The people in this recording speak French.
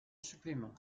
supplément